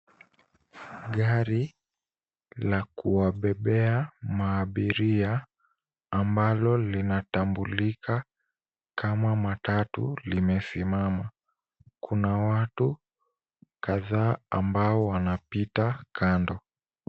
Gari la kuwabebea maabiria, ambalo linatambulika kama matatu limesimama. Kuna watu kadhaa ambao wanapita kando.